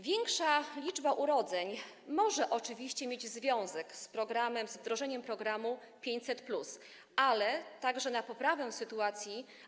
Większa liczba urodzeń może oczywiście mieć związek z wdrożeniem programu 500+, ale także na poprawę sytuacji.